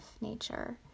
nature